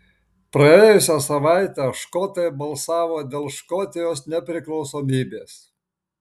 praėjusią savaitę škotai balsavo dėl škotijos nepriklausomybės